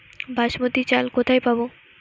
বাসমতী চাল কোথায় পাবো?